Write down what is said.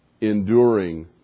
enduring